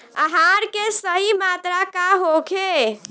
आहार के सही मात्रा का होखे?